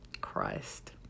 christ